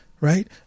Right